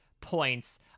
points